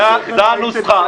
זו הנוסחה.